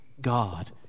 god